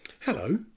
Hello